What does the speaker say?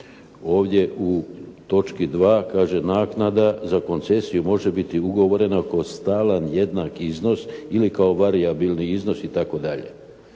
Ovdje u točki 2. kaže: «Naknada za koncesiju može biti ugovorena kao stalan, jednak iznos ili kao varijabilni iznos i